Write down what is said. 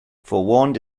forewarned